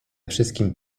wszystkim